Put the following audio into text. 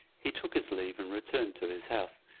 he took his leave and returned to his house,